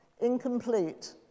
incomplete